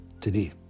today